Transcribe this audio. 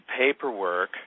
paperwork